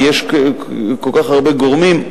כי יש כל כך הרבה גורמים.